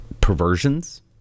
perversions